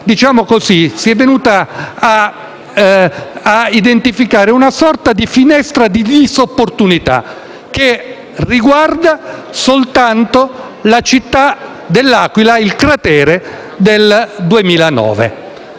di Stato. Quindi si è venuta a determinare una sorta di finestra di "disopportunità", che riguarda soltanto la città di L'Aquila e il cratere del 2009.